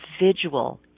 individual